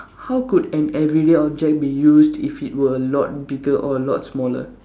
how could an everyday object be used if it were a lot bigger or a lot smaller